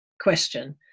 question